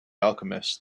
alchemist